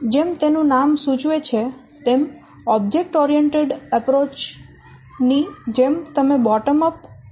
જેમ તેનું નામ સૂચવે છે તેમ ઓબ્જેક્ટ લક્ષી અભિગમ ની જેમ તમે બોટમ અપ અંદાજ નો ઉપયોગ કરી રહયા છો